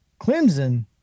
Clemson